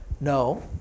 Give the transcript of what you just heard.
No